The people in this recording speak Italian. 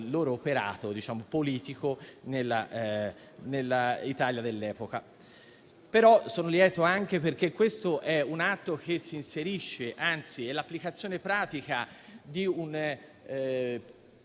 loro operato politico nell'Italia dell'epoca. Tuttavia, sono lieto anche perché questo è un atto che sostanzialmente è l'applicazione pratica dei